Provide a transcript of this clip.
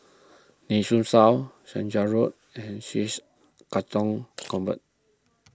Nee Soon South Chander Road and Chij Katong Convent